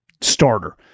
starter